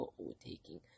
overtaking